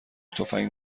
تفنگ